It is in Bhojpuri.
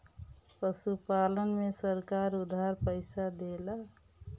पशुपालन में सरकार उधार पइसा देला?